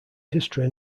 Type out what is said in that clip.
history